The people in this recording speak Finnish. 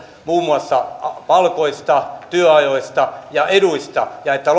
muun muassa palkoista työajoista ja eduista ja että